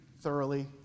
thoroughly